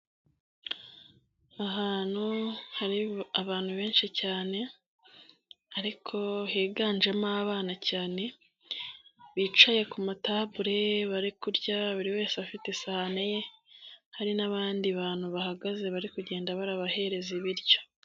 Ahantu hari abantu benshi cyane, ariko higanjemo abana cyane ,bicaye ku matabule bari kurya buri wese afite isahani ye ,hari n'abandi bantu bahagaze bari kugenda barabahereza biryo.